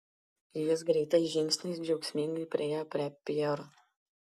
jis greitais žingsniais džiaugsmingai priėjo prie pjero